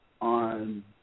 on